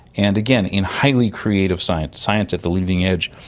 and again, in highly creative science, science at the leading edge,